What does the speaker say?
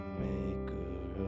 maker